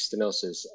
stenosis